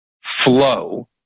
flow